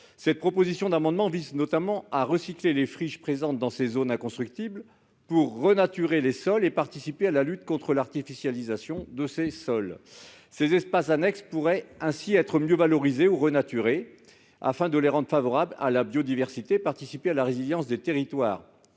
vertes. Cet amendement vise notamment à recycler les friches présentes dans ces zones inconstructibles, pour renaturer les sols et contribuer à la lutte contre leur artificialisation. Ces espaces annexes pourraient ainsi être mieux valorisés ou renaturés, afin de les rendre favorables à la biodiversité et de participer à la résilience des territoires.